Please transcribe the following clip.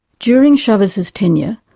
during chavez's tenure,